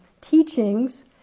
teachings